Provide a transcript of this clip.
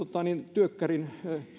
työkkärin